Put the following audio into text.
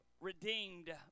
redeemed